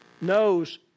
knows